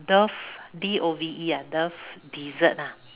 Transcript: dove D O V E ah dove dessert ah